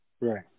right